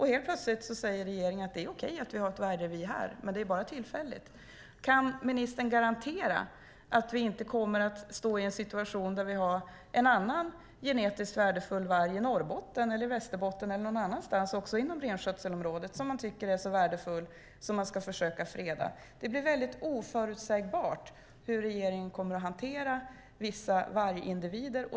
Helt plötsligt säger regeringen att det är okej att vi har ett vargrevir här, men det är bara tillfälligt. Kan ministern garantera att vi inte kommer att hamna i en situation där vi har en annan genetiskt värdefull varg i Norrbotten, Västerbotten eller någon annanstans inom renskötselområdet som man tycker är så värdefull att man ska försöka freda den? Det blir väldigt oförutsägbart hur regeringen kommer att hantera vissa vargindivider.